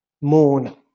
mourn